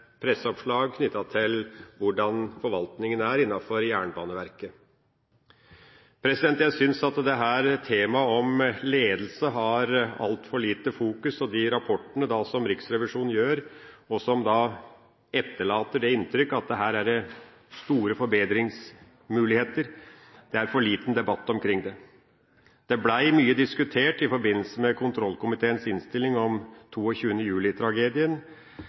et presseoppslag om hvordan forvaltninga er innenfor Jernbaneverket. Jeg syns at dette temaet om ledelse har altfor lite fokus, og at det er for lite debatt rundt de rapportene som Riksrevisjonen gjør, som etterlater det inntrykk at her er det store forbedringsmuligheter. Det ble mye diskutert i forbindelse med kontrollkomiteens innstilling om